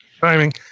Timing